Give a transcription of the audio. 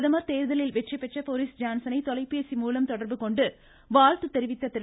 பிரதமர் தேர்தலில் வெற்றிபெற்ற போரிஸ் ஜான்சனை தொலைபேசி மூலம் தொடர்புகொண்டு வாழ்த்து தெரிவித்த திரு